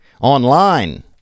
Online